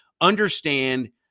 understand